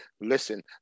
Listen